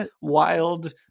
wild